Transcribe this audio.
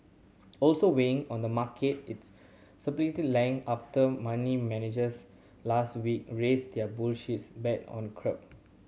also weighing on the market it's speculative length after money managers last week raised their bullish bet on crude